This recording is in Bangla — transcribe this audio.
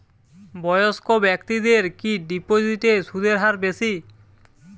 বয়স্ক ব্যেক্তিদের কি ডিপোজিটে সুদের হার বেশি?